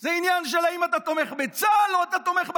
זה עניין של האם אתה תומך בצה"ל או שאתה תומך בחמאס,